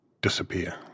disappear